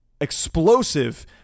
explosive